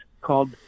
called